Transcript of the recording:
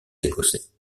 écossais